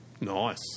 Nice